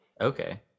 Okay